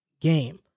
game